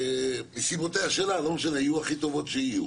מסיבותיה שלה ויהיו הכי טובות שיהיו.